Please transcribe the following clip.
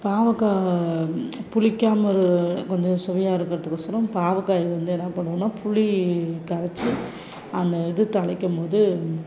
பாவக்காய் புளிக்காமல் கொஞ்சம் சுவையாக இருக்கிறதுக்கொசரம் பாவக்காயை வந்து என்ன பண்ணுவோன்னா புளி கரைச்சி அந்த இது தாளிக்கும் போது